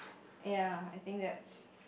ya I think that's